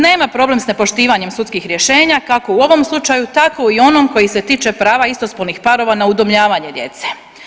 Nema problem s nepoštivanjem sudskih rješenja, kako u ovom slučaju, tako i onom koji se tiče prava istospolnih parova na udomljavanje djece.